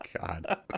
God